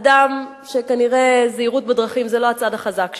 אדם שכנראה זהירות בדרכים זה לא הצד החזק שלו,